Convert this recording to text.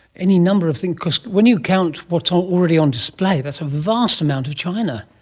any number of things, because when you count what's already on display, that's a vast amount of china.